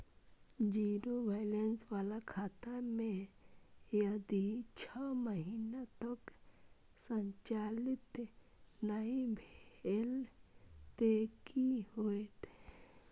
Zero balance बाला खाता में यदि छः महीना तक संचालित नहीं भेल ते कि होयत?